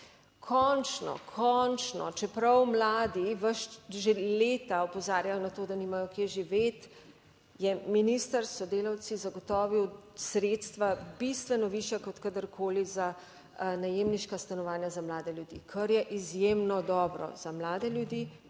Končno, končno, čeprav mladi vas že leta opozarjajo na to, da nimajo kje živeti, je minister s sodelavci zagotovil sredstva bistveno višja kot kadarkoli za najemniška stanovanja za mlade ljudi, kar je izjemno dobro za mlade ljudi